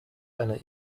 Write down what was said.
eine